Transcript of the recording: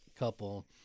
couple